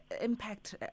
impact